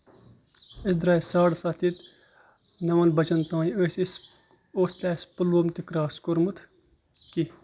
أسۍ درٛایہِ ساڑٕ سَتھ ییٚتہِ نَون بَجن تانۍ ٲسۍ أسۍ اوس نہٕ اَسہِ پُلۄوم تہِ کراس کوٚرمُت کیٚنٛہہ